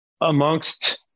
amongst